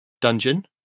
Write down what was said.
dungeon